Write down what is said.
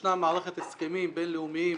ישנה מערכת הסכמים בין-לאומיים